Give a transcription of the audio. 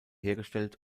hergestellt